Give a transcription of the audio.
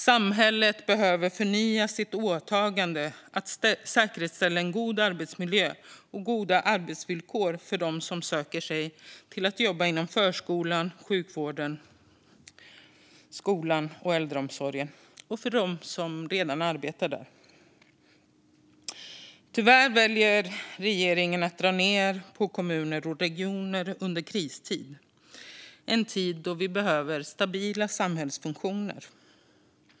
Samhället behöver förnya sitt åtagande att säkerställa en god arbetsmiljö och goda arbetsvillkor både för dem som söker sig till arbeten inom förskolan, sjukvården, skolan och äldreomsorgen och för dem som redan arbetar där. Tyvärr väljer regeringen att dra ned på kommuner och regioner under kristid, alltså i en tid då vi behöver stabila samhällsfunktioner.